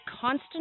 constant